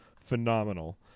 phenomenal